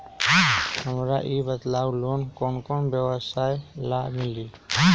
हमरा ई बताऊ लोन कौन कौन व्यवसाय ला मिली?